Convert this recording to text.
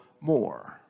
more